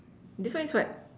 this one is what